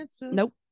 Nope